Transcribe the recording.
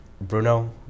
Bruno